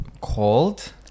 called